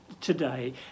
today